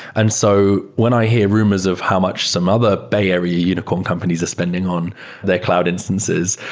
and so when i hear rumors of how much some other bay area unicorn companies are spending on their cloud instances,